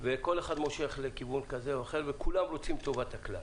כל אחד מושך לכיוון כזה או אחר וכולם רוצים את טובת הכלל.